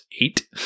eight